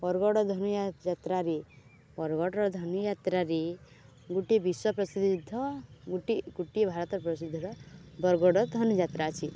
ବରଗଡ଼୍ ଧନୁଯାତ୍ରାରେ ବରଗଡ଼୍ର ଧନୁଯାତ୍ରାରେ ଗୋଟିଏ ବିଶ୍ୱ ପ୍ରସିଦ୍ଧୋ ଗୋଟିଏ ଭାରତ ପ୍ରସିଦ୍ଧର ବରଗଡ଼୍ର ଧନୁଯାତ୍ରା ଅଛି